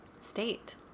state